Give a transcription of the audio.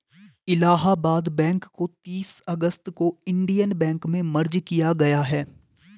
Allahabad bank को तीस अगस्त को इन्डियन बैंक में मर्ज किया गया है